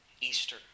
Easter